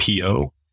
PO